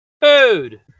Food